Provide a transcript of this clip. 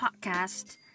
podcast